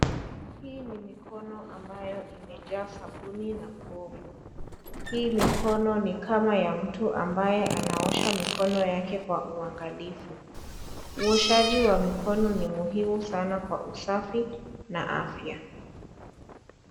Hii ni mikono ambayo imejaa sabuni na povu, hii mikono ni kama ya mtu ambaye anaosha mikono yake kwa uangalifu, uoshaji wa mikono ni muhimu sana kwa usafi na afya.